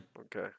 Okay